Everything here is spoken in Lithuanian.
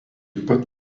pat